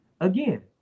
again